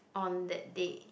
on that day